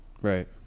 Right